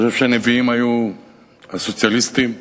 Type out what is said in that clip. אני חושב שהנביאים היו הסוציאליסטים הביטוחיים,